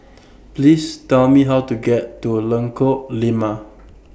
Please Tell Me How to get to Lengkok Lima